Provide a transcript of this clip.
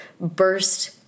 burst